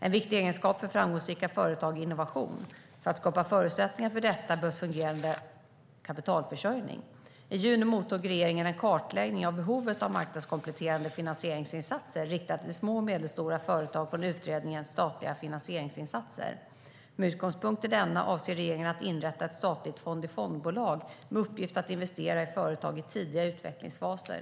En viktig egenskap för framgångsrika företag är innovation. För att skapa förutsättningar för detta behövs fungerande kapitalförsörjning. I juni mottog regeringen en kartläggning av behovet av marknadskompletterande finansieringsinsatser riktade till små och medelstora företag från utredningen Statliga finansieringsinsatser. Med utgångspunkt från denna avser regeringen att inrätta ett statligt fond-i-fond-bolag med uppgift att investera i företag i tidiga utvecklingsfaser.